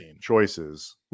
choices